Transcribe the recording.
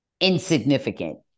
insignificant